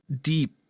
deep